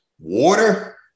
Water